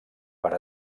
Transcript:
per